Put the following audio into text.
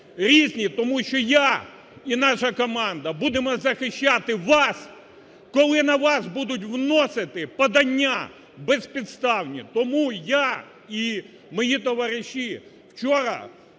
тому що я і наша команда будемо захищати вас, коли на вас будуть вносити подання безпідставні. Тому я і мої товариші, вчора,